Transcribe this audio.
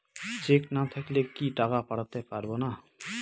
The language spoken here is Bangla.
চেক না থাকলে কি টাকা পাঠাতে পারবো না?